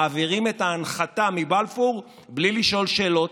מעבירים את ההנחתה מבלפור בלי לשאול שאלות,